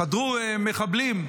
שחדרו מחבלים.